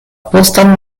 postan